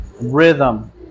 Rhythm